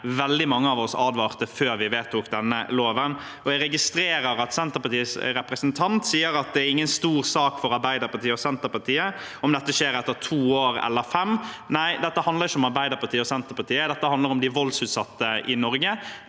veldig mange av oss advarte mot før vi vedtok denne loven. Jeg registrerer at Senterpartiets representant sier at det ikke er en stor sak for Arbeiderpartiet og Senterpartiet om dette skjer etter to eller fem år. Nei, dette handler ikke om Arbeiderpartiet og Senterpartiet, dette handler om de voldsutsatte i Norge.